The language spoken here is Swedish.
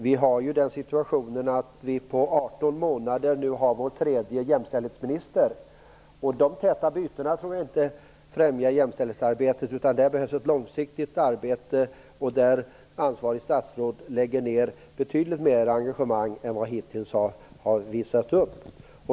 Vi har ju vår tredje jämställdhetsminister på 18 månader, och de täta bytena tror jag inte främjar jämställdhetsarbetet. Där behövs ett långsiktigt arbete och att ansvarigt statsråd lägger ned betydligt mer engagemang än som hittills visats upp.